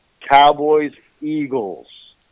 Cowboys-Eagles